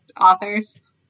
authors